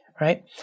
right